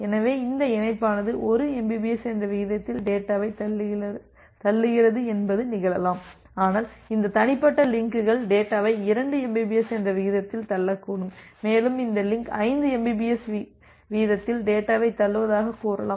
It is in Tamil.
எனவே எந்த இணைப்பானது 1 mbps என்ற விகிதத்தில் டேட்டாவைத் தள்ளுகிறது என்பது நிகழலாம் ஆனால் இந்த தனிப்பட்ட லிங்க்கள் டேட்டாவை 2 mbps என்ற விகிதத்தில் தள்ளக்கூடும் மேலும் இந்த லிங்க் 5 mbps வீதத்தில் டேட்டாவைத் தள்ளுவதாகக் கூறலாம்